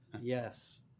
yes